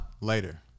later